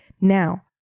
Now